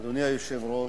אדוני היושב-ראש,